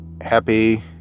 happy